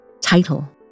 title